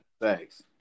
Thanks